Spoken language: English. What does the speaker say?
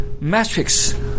matrix